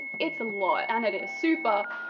it's a lot, and it's super,